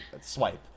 swipe